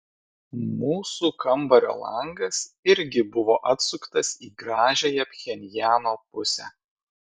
mūsų kambario langas irgi buvo atsuktas į gražiąją pchenjano pusę